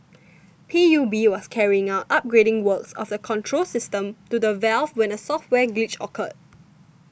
P U B was carrying out upgrading works of the control system to the valve when a software glitch occurred